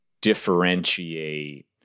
differentiate